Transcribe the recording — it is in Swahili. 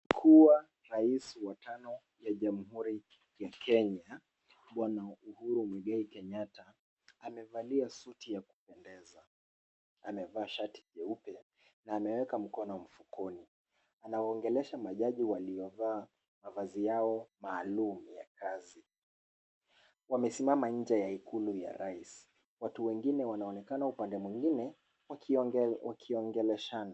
Kuwa rais wa tano wa jamhuri wa Kenya Bwana Uhuru Muigai Kenyatta amevalia suti ya kupendeza, amevaa shati jeupe na ameweka mkono mfukoni, anawaongelesha majaji waliovaa mavazi yao maalum ya kazi. Wamesimama nje ya ikulu ya rais, watu wengine wanaonekana upande mwengine wakiongeleshana.